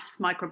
microbiome